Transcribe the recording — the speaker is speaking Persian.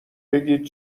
بگید